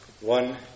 One